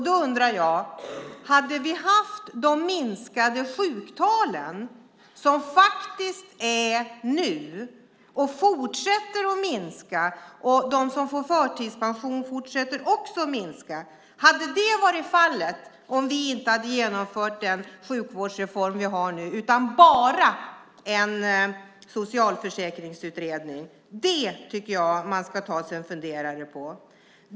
Då undrar jag: Hade vi haft de minskade sjuktalen som faktiskt är nu och som fortsätter att minska om vi inte hade genomfört den sjukvårdsreform vi har nu utan bara en socialförsäkringsutredning? Hade antalet förtidspensionerade fortsatt att minska, vilket det gör nu? Det tycker jag att man ska ta sig en funderare på.